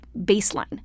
baseline